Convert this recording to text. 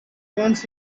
once